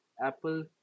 Apple